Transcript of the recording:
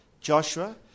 Joshua